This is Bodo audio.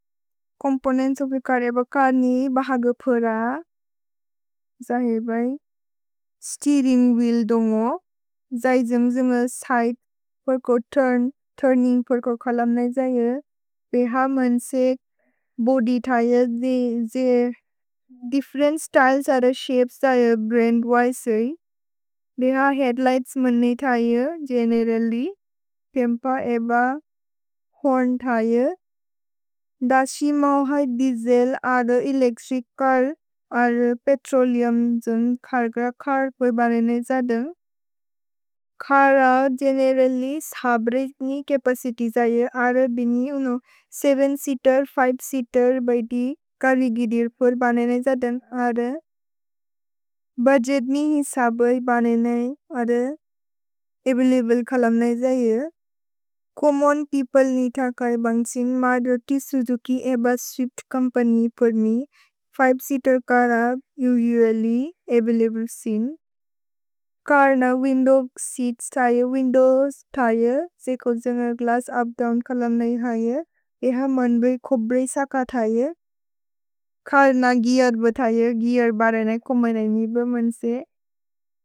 छोम्पोनेन्त्स् ओफ् अ चर् एब चर्नि बहग् फुर जहे बै स्तीरिन्ग् व्हील् दुन्गो जहे जुन्ग् जुन्ग सिदे फुर्को तुर्न् तुर्निन्ग् फुर्को खलम् नहि जहे देह्। अ मन्सेक् बोद्य् थये जे दिफ्फेरेन्त् स्त्य्लेस् अर शपेस् थये भ्रन्द् विसे है देह हेअद्लिघ्त्स् मन्ने थये। गेनेरल्ल्य् पिम्पेर् एब होर्न् थये दशि मौ है दिएसेल् अर एलेच्त्रिच् चर् अर पेत्रोलेउम् जुन्ग् खर् खर् खर् खर। गेनेरल्ल्य् सब्रे छपचित्य् जहे अर बिनि साथ् सेअतेर् फ्हछ् सेअतेर् भैति करिगीर् फुर् भन्ने नहि जहे अर भुद्गेत् नहि सब्रे भन्ने नहि अर अवैलब्ले खलम्। नहि जहे छोम्मोन् पेओप्ले नीथ खये भन्ग्सिन् मरुति सुजुकि एब स्विफ्त् छोम्पन्य् फुर्नि पाछ् सेअतेर् पिम्पेर् खर ऊले अवैलब्ले सिन् खर्न विन्दोव् सेअत्स् थये। विन्दोव्स् थये सेखोल् जन्गर् ग्लस्स् उप् दोव्न् खलम् नहि थये देह मन्बे खोब्रे सक थये खर्न गेअर् ब थये गेअर् बरने छोम्मोन् एब मन्से।